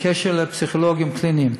בקשר לפסיכולוגים קליניים,